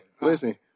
listen